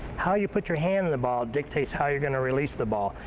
how you put your hand on the ball dictates how you're going to release the ball.